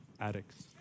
addicts